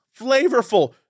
flavorful